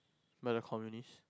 by the communist